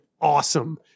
awesome